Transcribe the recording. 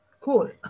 Cool